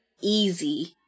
easy